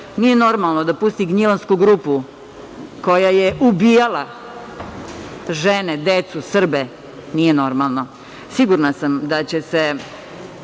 Nije normalno da pusti „Gnjilansku grupu“ koja je ubijala žene, decu, Srbe. Nije normalno. Sigurna sam da će se